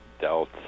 dealt